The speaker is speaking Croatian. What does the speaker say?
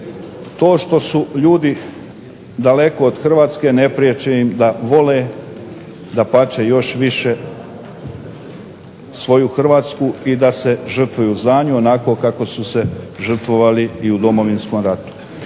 To što su ljudi daleko od Hrvatske ne prijeći im da vole još više svoju Hrvatsku i da se žrtvuju za nju onako kako su se žrtvovali i u Domovinskom ratu.